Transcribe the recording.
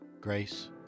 grace